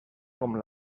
com